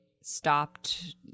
stopped